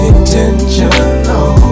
Intentional